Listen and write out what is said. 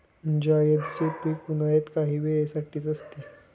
जायदचे पीक उन्हाळ्यात काही वेळे साठीच असते